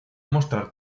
mostrar